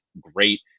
great